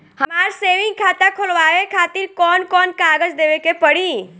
हमार सेविंग खाता खोलवावे खातिर कौन कौन कागज देवे के पड़ी?